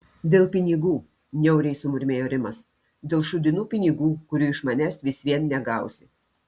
dėl pinigų niauriai sumurmėjo rimas dėl šūdinų pinigų kurių iš manęs vis vien negausi